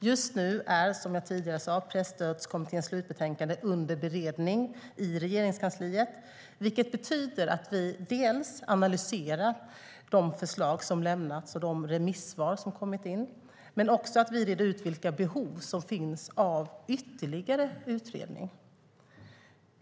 Just nu är, som jag tidigare sade, Presstödskommitténs slutbetänkande under beredning i Regeringskansliet, vilket betyder att vi dels analyserar de förslag som lämnats och de remissvar som kommit in, dels reder ut vilka behov som finns av ytterligare utredning.